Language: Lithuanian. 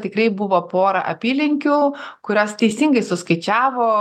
tikrai buvo pora apylinkių kurios teisingai suskaičiavo